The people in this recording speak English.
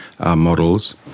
models